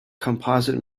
composite